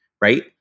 right